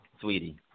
sweetie